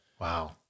wow